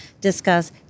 discuss